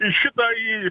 į šitą į